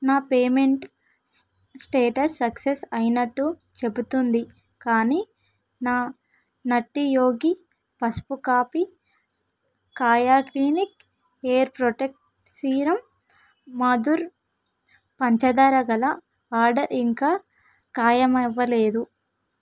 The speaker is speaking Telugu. నా పేమెంట్ స్టేటస్ సక్సెస్ అయినట్టు చెబుతుంది కానీ నా నట్టీ యోగి పసుపు coffee Kaya clinic hair protect serum Madhur పంచదార గల ఆర్డర్ ఇంకా ఖాయమవ్వలేదు